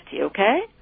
okay